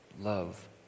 love